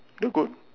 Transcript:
look good